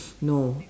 no